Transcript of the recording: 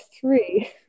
three